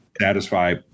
satisfy